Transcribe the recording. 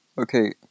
Okay